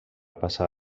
passar